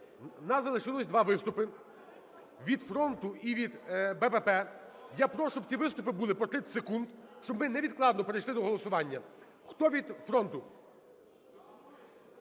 нас залишилося два виступи: від "Фронту" і від БПП. Я прошу, щоб ці виступи були по 30 секунд, щоб ми невідкладно перейшли до голосування. Хто від "Фронту"?